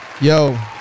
Yo